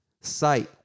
sight